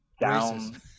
down